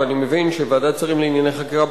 ואני מבין שוועדת השרים לענייני חקיקה,